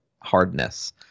hardness